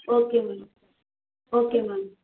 okay ma'am okay ma'am